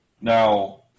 now